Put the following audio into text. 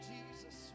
Jesus